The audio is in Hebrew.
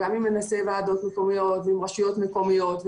גם עם מהנדסי ועדות מקומיות ועם רשויות מקומיות.